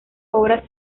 obras